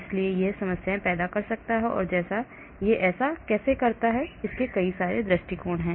इसलिए यह समस्याएं पैदा कर सकता है कि वे ऐसा कैसे करते हैं कई दृष्टिकोण हैं